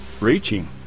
reaching